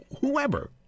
Whoever